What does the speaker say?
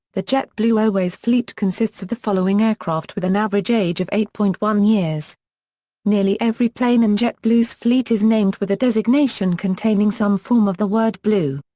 the jetblue airways fleet consists of the following aircraft with an average age of eight point one years nearly every plane in jetblue's fleet is named with a designation containing some form of the word blue.